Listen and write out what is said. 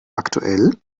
aktuell